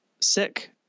sick